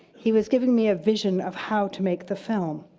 he was giving me a vision of how to make the film.